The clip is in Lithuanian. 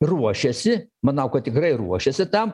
ruošiasi manau kad tikrai ruošiasi tam